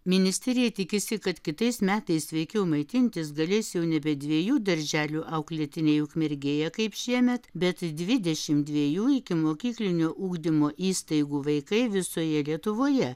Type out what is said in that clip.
ministerija tikisi kad kitais metais sveikiau maitintis galės jau nebe dviejų darželių auklėtiniai ukmergėje kaip šiemet bet dvidešim dviejų ikimokyklinio ugdymo įstaigų vaikai visoje lietuvoje